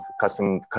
custom